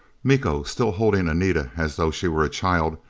miko, still holding anita as though she were a child,